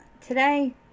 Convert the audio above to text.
Today